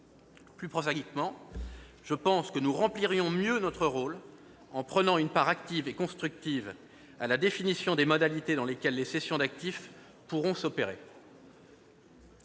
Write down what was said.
Plus prosaïquement, je pense que nous remplirions mieux notre rôle en prenant une part active et constructive à la définition des modalités dans lesquelles les cessions d'actifs pourront s'opérer.